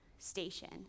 station